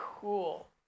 cool